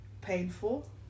painful